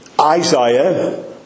Isaiah